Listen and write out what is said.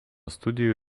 studijų